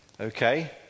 Okay